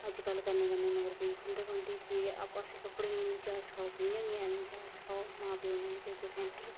अज्जकल करने कन्नै मतलब फ्ही खुंदक होंदी मिकी कपड़े दी मिगी जाच सखाओ भामां कियां बी होदां मिकी जाच सखाओ मां प्यो ने मिकी भेजेआ सैंटर